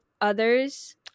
others